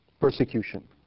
Persecution